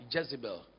Jezebel